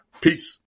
Peace